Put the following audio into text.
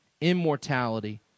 immortality